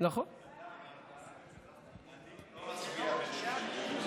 מוועדת החינוך, נכון.